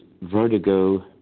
Vertigo